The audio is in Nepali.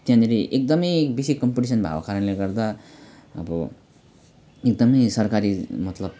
त्यहाँनेरि एकदमै बेसी कम्पिटिसन भएको कारणले गर्दा अब एकदमै सरकारी मतलब